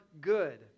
good